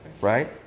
right